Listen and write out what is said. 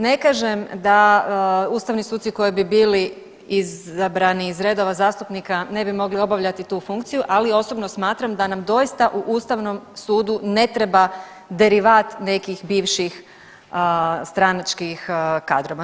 Ne kažem da ustavni sudci koji bi bili izabrani iz redova zastupnika ne bi mogli obavljati tu funkciju, ali osobno smatram da nam doista u ustavnom sudu ne treba derivat nekih bivših stranačkih kadrova.